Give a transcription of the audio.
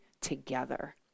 together